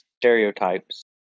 stereotypes